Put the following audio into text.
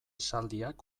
esaldiak